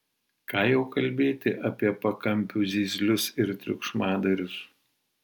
ką jau kalbėti apie pakampių zyzlius ir triukšmadarius